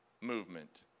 movement